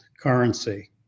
currency